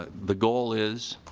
ah the goal is